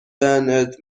bernard